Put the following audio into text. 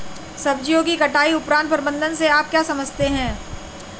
सब्जियों की कटाई उपरांत प्रबंधन से आप क्या समझते हैं?